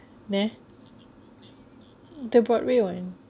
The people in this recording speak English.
there the broadway one